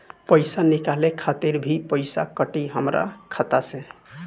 पईसा निकाले खातिर भी पईसा कटी हमरा खाता से?